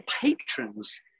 patrons